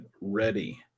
ready